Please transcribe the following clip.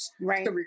right